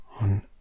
on